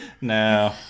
No